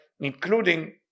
including